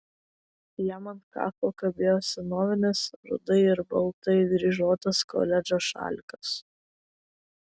jam ant kaklo kabėjo senovinis rudai ir baltai dryžuotas koledžo šalikas